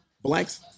blacks